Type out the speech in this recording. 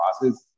process